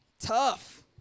Tough